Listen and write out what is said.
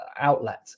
outlet